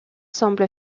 semble